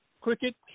cricket